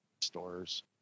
Stores